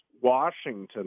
Washington